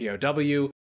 POW